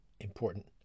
Important